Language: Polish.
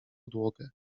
podłogę